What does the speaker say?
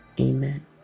Amen